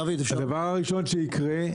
הדבר הראשון שיקרה,